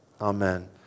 Amen